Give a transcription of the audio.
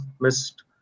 missed